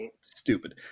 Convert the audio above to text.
stupid